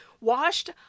washed